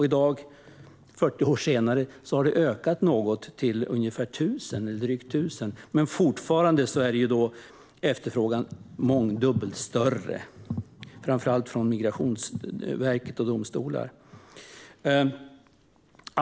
I dag, 40 år senare, har det ökat något till drygt 1 000. Fortfarande är dock efterfrågan mångdubbelt större, framför allt från Migrationsverket och domstolar.